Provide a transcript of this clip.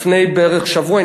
לפני בערך שבוע,